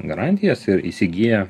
garantijas ir įsigyja